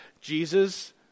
Jesus